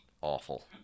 awful